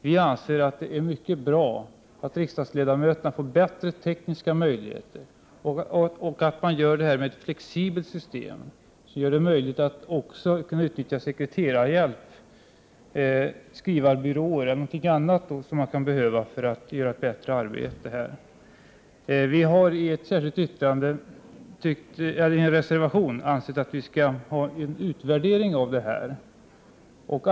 Vi anser att det är mycket bra att riksdagsledamöterna får bättre tekniska möjligheter och att det blir ett flexibelt system, som gör det möjligt att också utnyttja sekreterarhjälp, skrivbyråer eller någonting annat som man kan behöva för att göra ett bättre arbete här. Vi har i en reservation föreslagit att det skall göras en utvärdering på den här punkten.